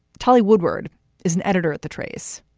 tollywood word is an editor at the trace.